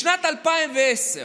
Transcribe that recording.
בשנת 2010,